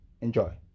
Enjoy